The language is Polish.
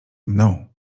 mną